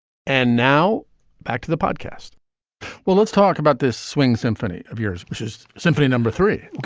and now back to the podcast well, let's talk about this swing symphony of yours, which is symphony number three